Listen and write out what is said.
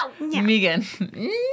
Megan